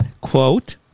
Quote